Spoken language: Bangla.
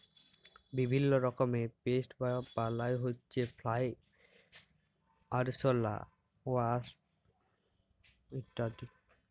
বিভিল্য রকমের পেস্ট বা বালাই হউচ্ছে ফ্লাই, আরশলা, ওয়াস্প ইত্যাদি